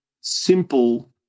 simple